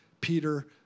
Peter